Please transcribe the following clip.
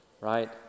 right